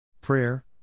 Prayer